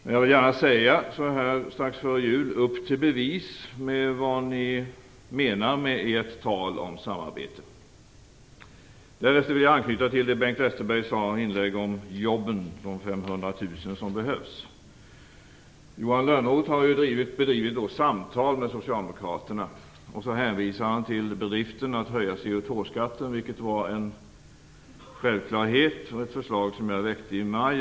Men jag vill gärna så här strax före jul säga: Upp till bevis med vad ni menar med ert tal om samarbete! Därefter vill jag anknyta till det som Bengt Westerberg sade i inlägget om de 500 000 jobben som behövs. Johan Lönnroth har ju bedrivit samtal med Socialdemokraterna. Nu hänvisar han till bedriften att höja CO2-skatten, som var en självklarhet. Det var ett förslag som jag väckte i maj.